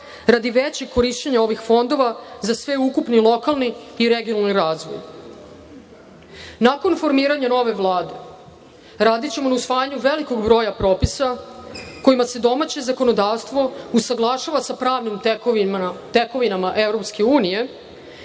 radi većeg korišćenja ovih fondova za sveukupni lokalni i regionalni razvoj. Nakon formiranja nove Vlade, radićemo na usvajanju velikog broja propisa kojima se domaće zakonodavstvo usaglašava sa pravnim tekovinama EU